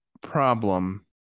problem